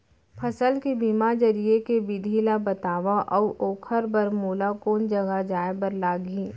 फसल के बीमा जरिए के विधि ला बतावव अऊ ओखर बर मोला कोन जगह जाए बर लागही?